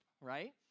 right